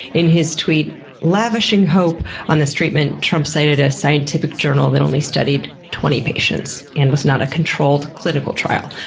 in his tweet lavishing hope on this treatment, trump cited a scientific journal that only studied twenty patients and was not a controlled clinical trial.